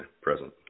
present